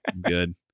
Good